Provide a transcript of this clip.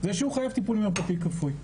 זה שהוא חייב טיפול מרפאתי כפוי.